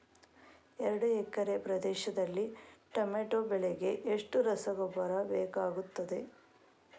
ಎರಡು ಎಕರೆ ಪ್ರದೇಶದಲ್ಲಿ ಟೊಮ್ಯಾಟೊ ಬೆಳೆಗೆ ಎಷ್ಟು ರಸಗೊಬ್ಬರ ಬೇಕಾಗುತ್ತದೆ?